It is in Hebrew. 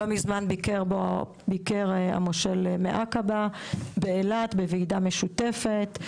לא מזמן ביקר המושל מעקבה באילת, בוועידה משותפת.